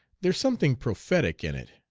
there's something prophetic in it,